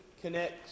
connect